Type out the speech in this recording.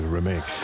Remix